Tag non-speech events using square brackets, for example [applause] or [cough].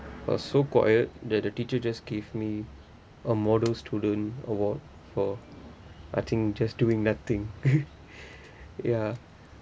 I was so quiet that the teacher just give me a model student award for I think just doing nothing [laughs] ya